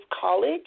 College